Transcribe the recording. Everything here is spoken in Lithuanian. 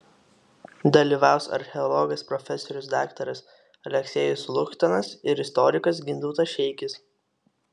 dalyvaus archeologas profesorius daktaras aleksejus luchtanas ir istorikas gintautas šeikis